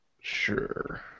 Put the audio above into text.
Sure